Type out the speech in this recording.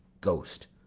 ghost.